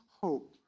hope